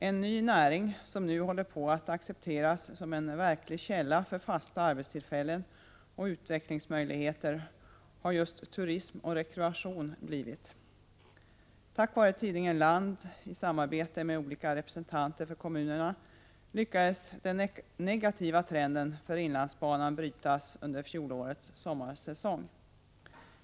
En ny näring, som nu håller på att accepteras som en verklig källa för fasta arbetstillfällen och utvecklingsmöjligheter, har just turism och rekreation blivit. Tack vare tidningen Land i samarbete med olika representanter för kommunerna lyckades den negativa trenden för inlandsbanan brytas under fjolårets sommarsäsong.